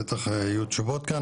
בטח יהיו תשובות כאן,